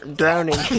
drowning